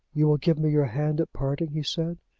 you will give me your hand at parting, he said,